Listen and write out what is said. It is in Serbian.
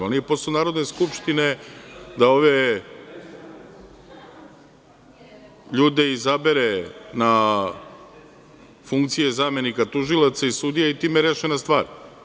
Ali, nije posao Narodne skupštine da ove ljude izabere na funkcije zamenika tužilaca i sudija i time je rešena stvar.